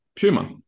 Puma